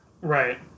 Right